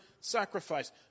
sacrifice